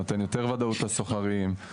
נותן יותר ודאות לשוכרים.